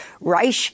Reich